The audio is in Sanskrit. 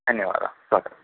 धन्यवादः भवतु